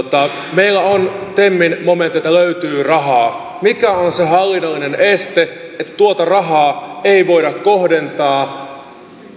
temin momentilta löytyy rahaa mikä on se hallinnollinen este että tuota rahaa ei voida kohdentaa